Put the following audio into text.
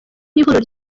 n’ihuriro